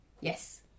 yes